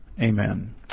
Amen